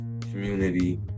community